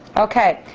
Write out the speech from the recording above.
okay.